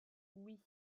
oui